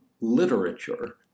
literature